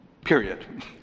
Period